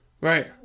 Right